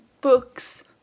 books